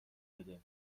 بده